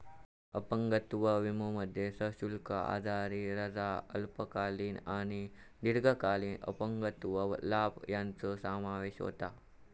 अपंगत्व विमोमध्ये सशुल्क आजारी रजा, अल्पकालीन आणि दीर्घकालीन अपंगत्व लाभ यांचो समावेश होता